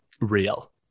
real